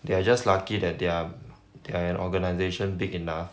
they are just lucky that they're they're an organisation big enough